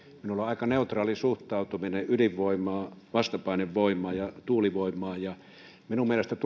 minulla on aika neutraali suhtautuminen ydinvoimaan vastapainevoimaan ja tuulivoimaan minun mielestäni